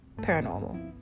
Paranormal